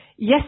Yes